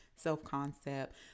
self-concept